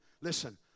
Listen